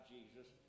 Jesus